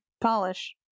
polish